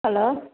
hello